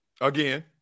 Again